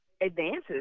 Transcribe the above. advances